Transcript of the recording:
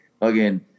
again